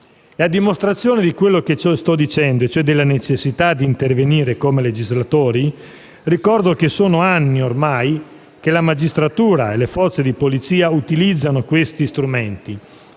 alla dimostrazione di quanto sto dicendo, ossia la necessità di intervenire come legislatori. Ricordo che sono anni, ormai, che la magistratura e le forze di polizia utilizzano questi strumenti,